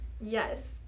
yes